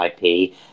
ip